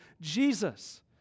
Jesus